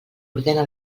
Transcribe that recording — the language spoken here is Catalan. ordena